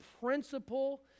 principle